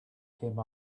came